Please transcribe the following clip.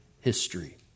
history